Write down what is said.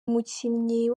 umukinnyi